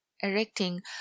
erecting